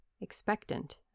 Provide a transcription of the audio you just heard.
expectant